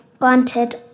granted